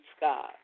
God